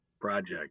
project